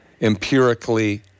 empirically